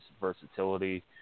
versatility